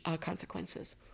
consequences